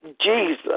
Jesus